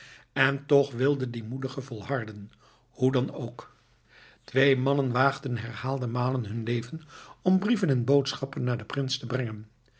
en toch wilden die moedigen volharden hoe dan ook twee mannen waagden herhaalde malen hun leven om brieven en boodschappen naar den prins te brengen